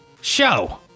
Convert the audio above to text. show